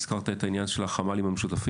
אם הזכרת את העניין של החמ"לים המשותפים,